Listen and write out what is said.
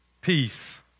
peace